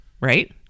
right